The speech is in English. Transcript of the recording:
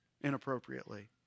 Inappropriately